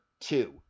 two